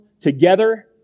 together